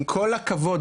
עם כל הכבוד,